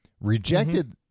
rejected